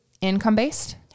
income-based